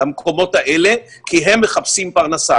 למקומות האלה כי הם מחפשים פרנסה.